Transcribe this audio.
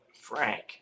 frank